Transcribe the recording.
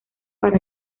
para